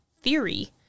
theory